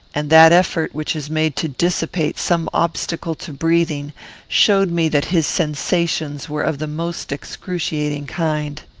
and that effort which is made to dissipate some obstacle to breathing showed me that his sensations were of the most excruciating kind.